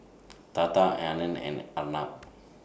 Tata Anand and Arnab